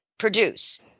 Produce